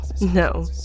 No